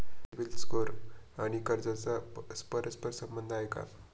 CIBIL score आणि कर्जाचा परस्पर संबंध आहे का?